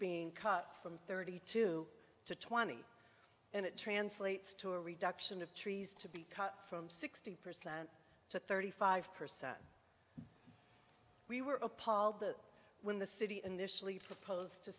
being cut from thirty two to twenty and it translates to a reduction of trees to be cut from sixty percent to thirty five percent we were appalled that when the city in their sleep proposed to